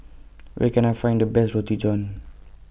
Where Can I Find The Best Roti John